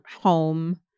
home